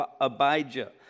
Abijah